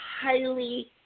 highly